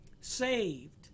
saved